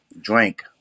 drank